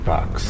Box